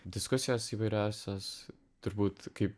diskusijos įvairiausios turbūt kaip